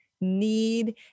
need